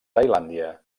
tailàndia